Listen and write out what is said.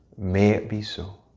may it be so.